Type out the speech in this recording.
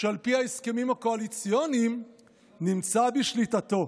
שעל פי ההסכמים הקואליציוניים נמצא בשליטתו".